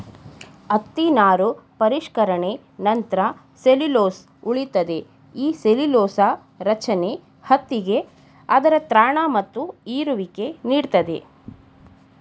ಹತ್ತಿ ನಾರು ಪರಿಷ್ಕರಣೆ ನಂತ್ರ ಸೆಲ್ಲ್ಯುಲೊಸ್ ಉಳಿತದೆ ಈ ಸೆಲ್ಲ್ಯುಲೊಸ ರಚನೆ ಹತ್ತಿಗೆ ಅದರ ತ್ರಾಣ ಮತ್ತು ಹೀರುವಿಕೆ ನೀಡ್ತದೆ